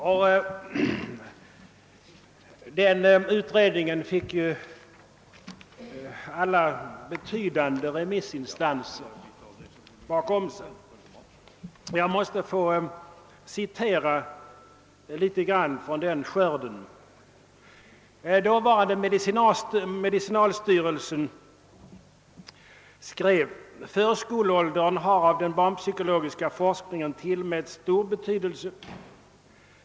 Den senare utredningen fick stöd från alla betydande remissinstanser. Jag måste få citera en del av remissvaren. Dåvarande medicinalstyrelsen skrev: >Förskoleåldern har av den barnpsykologiska forskningen tillmätts stor betydelse.